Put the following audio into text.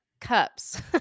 cups